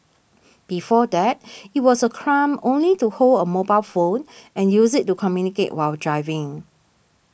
before that it was a crime only to hold a mobile phone and use it to communicate while driving